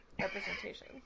representation